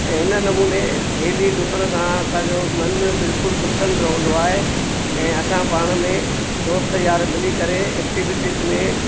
ऐं हिन नमूने डेली डुकण सां असांजो मनु बिल्कुलु प्रसन्न रहंदो आहे ऐं असां पाण में दोस्त यार मिली करे एक्टिविटीस में